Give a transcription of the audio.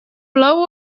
plou